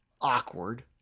awkward